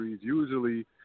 Usually